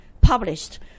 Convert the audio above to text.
published